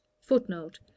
Footnote